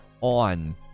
on